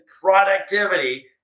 productivity